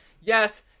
yes